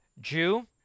Jew